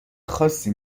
خاصی